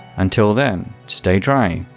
until then, stay dry,